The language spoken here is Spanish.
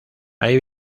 ahí